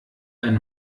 eine